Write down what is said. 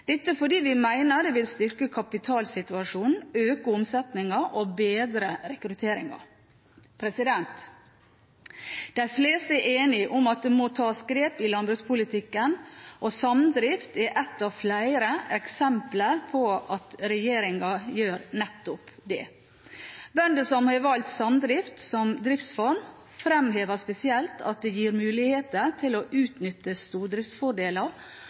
Dette fordi vi mener det vil styrke kapitalsituasjonen, øke omsetningen og bedre rekrutteringen. De fleste er enige om at det må tas grep i landbrukspolitikken. Samdrift er ett av flere eksempler på at regjeringen gjør nettopp det. Bønder som har valgt samdrift som driftsform, fremhever spesielt at det gir muligheter til å utnytte stordriftsfordeler,